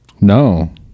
No